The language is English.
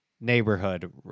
Neighborhood